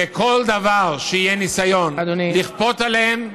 וכל דבר שיהיה ניסיון לכפות עליהם,